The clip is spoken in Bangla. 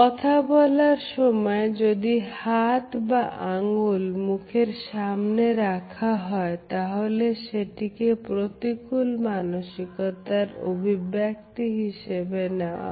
কথা বলার সময় যদি হাত বা আঙ্গুল মুখের সামনে রাখা হয় তাহলে সেটিকে প্রতিকূল মানসিকতার অভিব্যক্তি হিসেবে নেয়া হয়